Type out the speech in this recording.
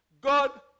God